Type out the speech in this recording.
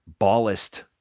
Ballist